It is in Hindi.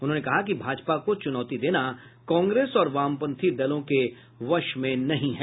उन्होंने कहा कि भाजपा को चुनौती देना कांग्रेस और वामपंथी दलों के वश में नहीं है